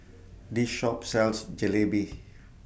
This Shop sells Jalebi